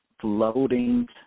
floating